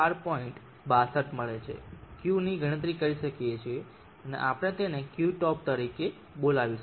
62 મળે છે Q ની ગણતરી કરી શકીએ છીએ અને આપણે તેને Qtop તરીકે બોલાવીશું